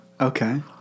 Okay